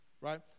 right